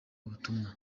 ubutumwa